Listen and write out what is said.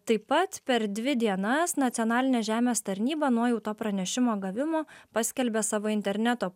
taip pat per dvi dienas nacionalinė žemės tarnyba nuo jau to pranešimo gavimo paskelbia savo interneto